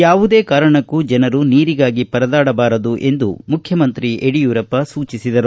ಯಾವುದೇ ಕಾರಣಕ್ಕೂ ಜನರು ನೀರಿಗಾಗಿ ಪರದಾಡಬಾರದು ಎಂದು ಮುಖ್ಯಮಂತ್ರಿ ಯಡಿಯೂರಪ್ಪ ಅಧಿಕಾರಿಗಳಿಗೆ ಸೂಚಿಸಿದರು